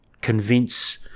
convince